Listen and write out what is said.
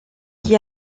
qui